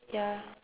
ya